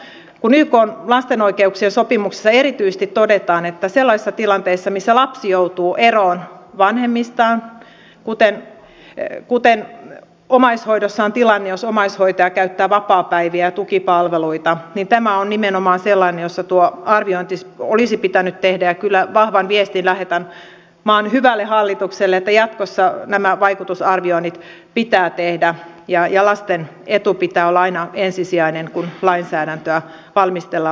kun ykn lasten oikeuksien sopimuksessa erityisesti todetaan sellaisista tilanteista joissa lapsi joutuu eroon vanhemmistaan kuten omaishoidossa on tilanne jos omaishoitaja käyttää vapaapäiviä ja tukipalveluita niin tämä esitys on nimenomaan sellainen jossa tuo arviointi olisi pitänyt tehdä ja kyllä vahvan viestin lähetän maan hyvälle hallitukselle että jatkossa nämä vaikutusarvioinnit pitää tehdä ja lasten edun pitää olla aina ensisijainen kun lainsäädäntöä valmistellaan